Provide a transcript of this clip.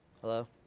Hello